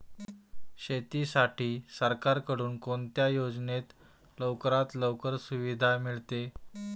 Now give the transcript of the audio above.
शेतीसाठी सरकारकडून कोणत्या योजनेत लवकरात लवकर सुविधा मिळते?